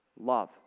Love